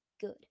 good